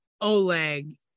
Oleg